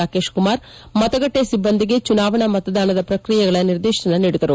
ರಾಕೇಶ್ ಕುಮಾರ್ ಮತಗಟ್ಲೆ ಸಿಬ್ಲಂದಿಗೆ ಚುನಾವಣಾ ಮತದಾನದ ಪ್ರಕ್ರಿಯೆಗಳ ನಿರ್ದೇಶನಗಳನ್ನು ನೀಡಿದರು